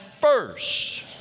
first